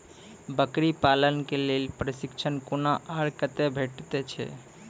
बकरी पालन के लेल प्रशिक्षण कूना आर कते भेटैत छै?